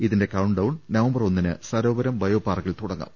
ഇതിന്റെ countdown November ഒന്നിന് സരോവരം ബയോപാർക്കിൽ തുട ങ്ങും